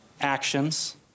actions